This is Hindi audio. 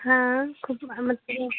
हाँ